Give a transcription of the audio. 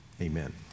amen